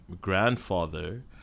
grandfather